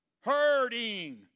hurting